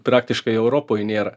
praktiškai europoj nėra